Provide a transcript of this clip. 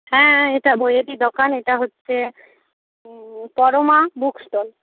হ্যাঁ এটা বইয়েরই দোকান এটা হচ্ছে পরমা বুক স্টল